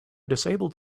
disabled